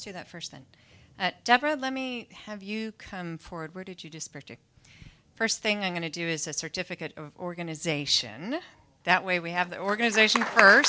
say that first and that deborah let me have you come forward where did you despair first thing i'm going to do is a certificate of organization that way we have the organization f